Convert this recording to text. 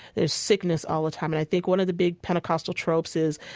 there is sickness all the time. and i think one of the big pentecostal tropes is,